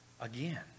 again